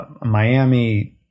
Miami –